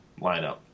lineup